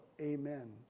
amen